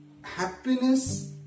happiness